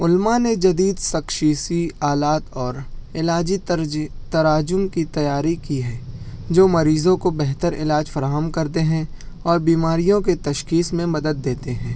علماء نے جديد سکشيسى آلات اور علاجی ترجیح تراجم كى تيارى كى ہے جو مریضوں کو بہتر علاج فراہم کرتے ہیں اور بیماریوں کے تشخیص میں مدد دیتے ہیں